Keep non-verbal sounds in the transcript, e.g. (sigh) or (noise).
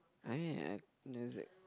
I mean (noise)